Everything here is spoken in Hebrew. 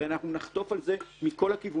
הרי אנחנו נחטוף על זה מכל הכיוונים.